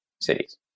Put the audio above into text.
cities